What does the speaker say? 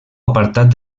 apartat